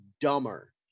dumber